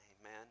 amen